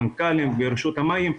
המנכ"לים ורשות המים,